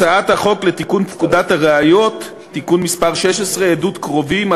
הצעת החוק לתיקון פקודת הראיות (מס' 16) (עדות קרובים),